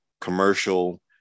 commercial